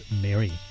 Mary